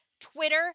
Twitter